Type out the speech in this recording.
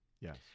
Yes